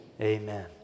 amen